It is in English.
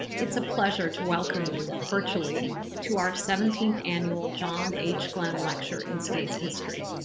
it's a pleasure to welcome you virtually to our seventeenth annual john h. glenn lecture in space history.